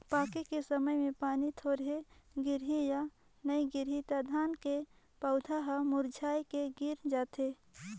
पाके के समय मे पानी थोरहे गिरही य नइ गिरही त धान के पउधा हर मुरझाए के गिर जाथे